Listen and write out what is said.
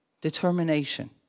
determination